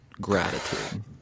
gratitude